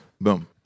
Boom